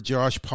Josh